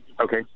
Okay